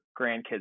grandkids